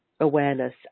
awareness